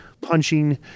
punching